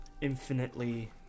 infinitely